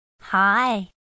Hi